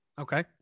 Okay